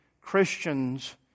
Christians